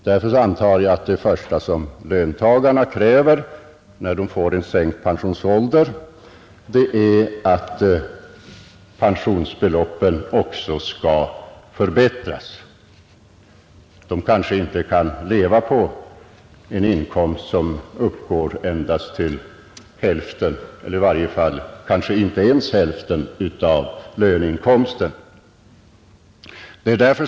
Därför antar jag att det första som löntagarna kräver, när de får en sänkt pensionsålder, är att pensionsbeloppen också skall förbättras. De kanske inte kan leva på en inkomst som uppgår endast till hälften eller inte ens hälften av löneinkomsten.